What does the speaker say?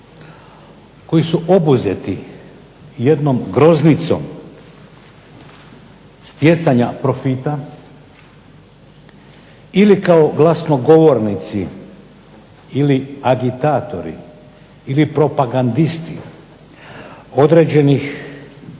koji su obuzeti jednom groznicom stjecanja profita ili kao glasnogovornici ili agitatori ili propagandisti određenih